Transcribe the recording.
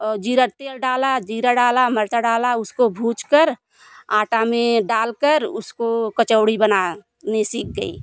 जीरा तेल डाला जीरा डाला मिर्चा डाला उसको भून कर आटा में डाल कर उसको कचौड़ी बनाया मैं सीख गई